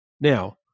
Now